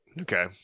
okay